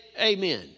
amen